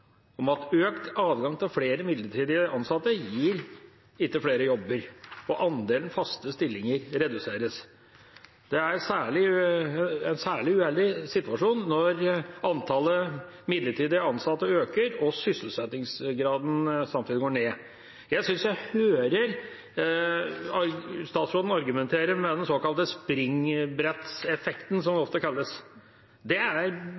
om at økt adgang til flere midlertidig ansatte ikke gir flere jobber, og at andelen faste stillinger reduseres. Det er en særlig uheldig situasjon når antallet midlertidig ansatte øker, og sysselsettingsgraden samtidig går ned. Jeg synes jeg hører statsråden argumentere med den såkalte springbretteffekten, som det ofte kalles. Det er